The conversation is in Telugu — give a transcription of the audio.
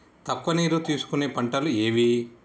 తక్కువ నీరు తీసుకునే పంటలు ఏవి?